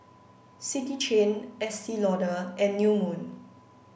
City Chain Estee Lauder and New Moon